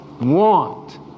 want